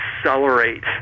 accelerate